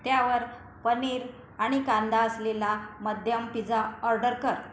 त्यावर पनीर आणि कांदा असलेला मध्यम पिझ्झा ऑर्डर कर